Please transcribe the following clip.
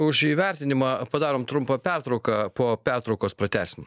už įvertinimą padarom trumpą pertrauką po pertraukos pratęsim